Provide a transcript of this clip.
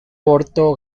porto